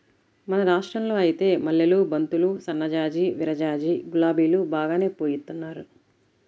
మన రాష్టంలో ఐతే మల్లెలు, బంతులు, సన్నజాజి, విరజాజి, గులాబీలు బాగానే పూయిత్తున్నారు